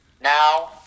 now